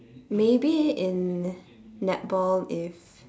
maybe in netball if